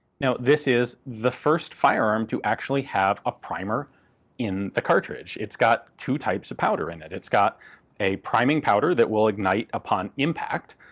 now this is the first firearm to actually have a primer in the cartridge. it's got two types of powder in it, it's got a priming powder that will ignite upon impact,